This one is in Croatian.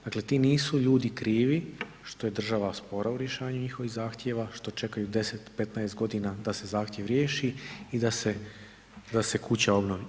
Dakle ti ljudi nisu krivi što je država spora u rješavanju njihovih zahtjeva, što čekaju 10, 15 godina da se zahtjev riješi i da se kuća obnovi.